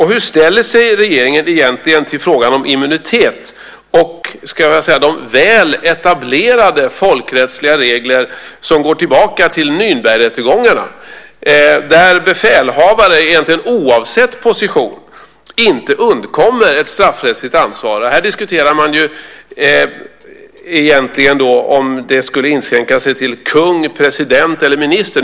Hur ställer sig regeringen egentligen till frågan om immunitet och de väl etablerade folkrättsliga regler, som går tillbaka till Nürnbergrättegångarna, där befälhavare oavsett position inte undkommer ett straffrättsligt ansvar? Här diskuterar man om detta skulle inskränka sig till kung, president eller minister.